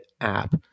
app